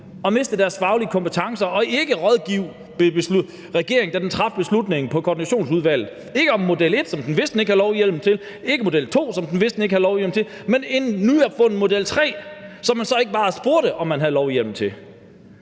og mistede deres faglige kompetencer og ikke rådgav regeringen, da den traf beslutningen i koordinationsudvalget – ikke om model 1, som den vidste den ikke havde lovhjemmel til, ikke om model 2, som den vidste den ikke havde lovhjemmel til, men en nyopfundet model 3, som man så bare ikke spurgte om man havde lovhjemmel til.